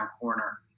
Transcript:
corner